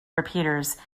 repeaters